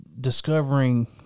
discovering